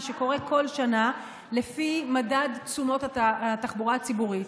שקורה בכל שנה לפי מדד תשומות התחבורה הציבורית,